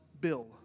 bill